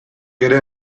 ere